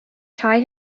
tie